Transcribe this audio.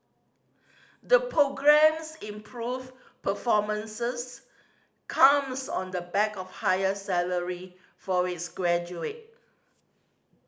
the programme's improved performances comes on the back of higher salary for its graduate